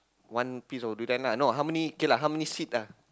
one piece of durian lah no how many okay lah how many seed lah